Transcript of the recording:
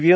V